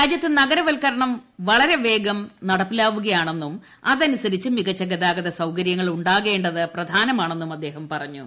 രാജ്യത്ത് നഗരവല്കരണം വളരെ വേഗം നടപ്പിലാവുകയാണെന്നും അതനുസരിച്ച് മികച്ച ഗതാഗത സൌകരൃങ്ങൾ ഉണ്ടാകേണ്ടത് പ്രധാനമാണെന്നും അദ്ദേഹം പറഞ്ഞു